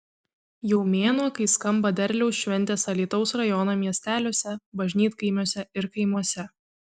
jau mėnuo kai skamba derliaus šventės alytaus rajono miesteliuose bažnytkaimiuose ir kaimuose